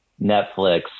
Netflix